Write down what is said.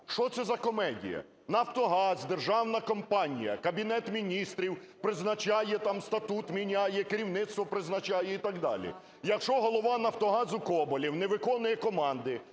Що це за комедія? "Нафтогаз" – державна компанія. Кабінет Міністрів призначає, там статут міняє, керівництво призначає і так далі. Якщо голова "Нафтогазу" Коболєв не виконує команди